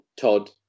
Todd